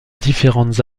différentes